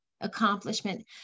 accomplishment